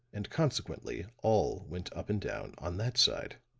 and consequently, all went up and down on that side.